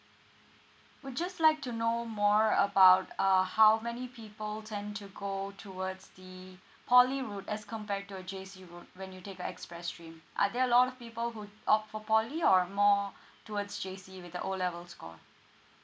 would just like to know more about uh how many people tend to go towards the poly route as compared to a J_C route when you take uh express stream are there a lot of people who'd opt for poly or more towards J_C with the O level score